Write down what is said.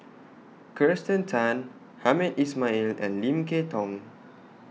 Kirsten Tan Hamed Ismail and Lim Kay Tong